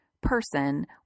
person